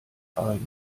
argen